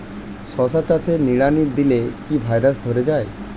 শশা চাষে নিড়ানি দিলে কি ভাইরাস ধরে যায়?